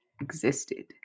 Existed